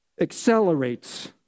accelerates